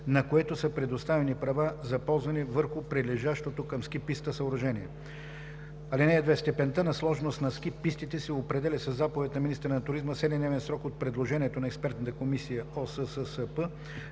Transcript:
на което са предоставени права за ползване върху прилежащото към ски пистата съоръжение. (2) Степента на сложност на ски пистите се определя със заповед на министъра на туризма в 7-дневен срок от предложението на ЕКОСССП.